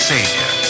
Savior